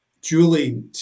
Julie